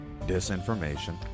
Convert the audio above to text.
disinformation